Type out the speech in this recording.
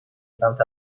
سمت